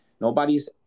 nobody's